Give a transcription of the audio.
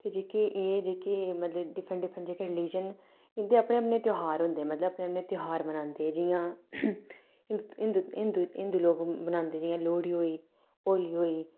ते जेह्के एह् जेह्के डिफरेंट डिफरेंट जेह्के रिलीजन न इं'दे अपने अपने तेहार होंदे मतलब अपने अपने तेहार बनांदे जि'यां हिंदू हिंदू लोक बनांदे जि'यां लोह्ड़ी होई होली होई